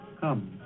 Come